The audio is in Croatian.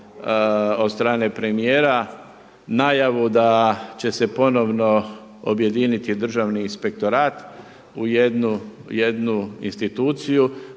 od strane premijera najavu da će se ponovno objediniti Državni inspektorat u jednu instituciju.